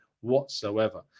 whatsoever